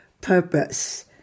purpose